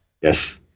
Yes